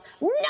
no